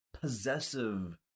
possessive